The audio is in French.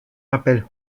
rappellent